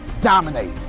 dominate